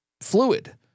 fluid